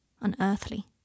unearthly